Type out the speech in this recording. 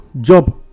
job